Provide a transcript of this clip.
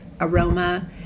aroma